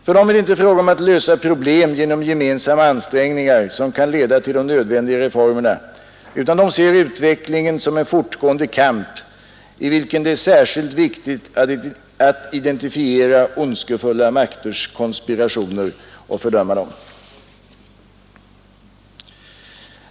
För dem är det inte fråga om att lösa problem genom gemensamma ansträngningar som kan leda till de nödvändiga reformerna, utan de ser utvecklingen som en fortgående kamp i vilken det är särskilt viktigt att identifiera ondskefulla makters konspirationer och fördöma dessa.